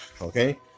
okay